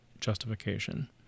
justification